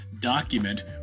document